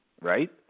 right